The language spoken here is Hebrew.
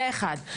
זה אחת.